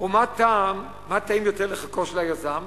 ומה טעים יותר לחכו של היזם?